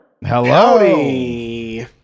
Hello